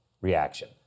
reaction